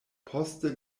poste